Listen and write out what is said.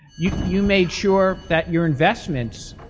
you you made sure that your investments,